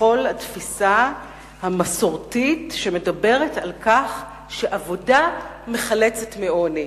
בכל הנוגע לאמונה המסורתית שעבודה מחלצת מעוני.